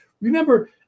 Remember